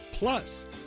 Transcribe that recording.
Plus